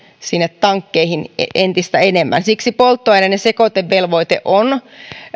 sinne tankkeihin entistä enemmän siksi polttoaineiden sekoitevelvoite on